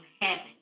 heaven